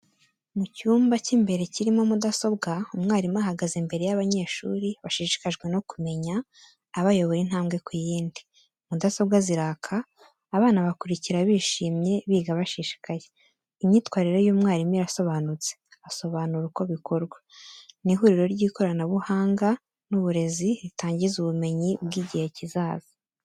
Mu cyumba cy'imbere kirimo mudasobwa, umwarimu ahagaze imbere y’abanyeshuri bashishikajwe no kumenya, abayobora intambwe ku yindi. Mudasobwa ziraka, abana bakurikira bishimye, biga bashishikaye. Imyitwarire y’umwarimu irasobanutse, asobanura uko bikorwa. Ni ihuriro ry’ikoranabuhanga n’uburezi, ritangiza ubumenyi bw’igihe kizaza.